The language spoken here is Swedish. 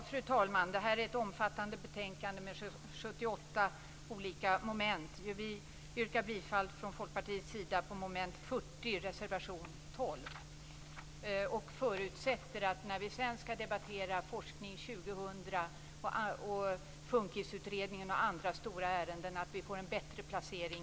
Fru talman! Det är ett omfattande betänkande med Vi förutsätter att vi, när vi sedan skall debattera Forskning 2000-utredningen, Funkisutredningen och andra stora ärenden, får en bättre placering.